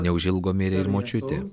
neužilgo mirė ir močiutė